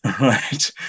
Right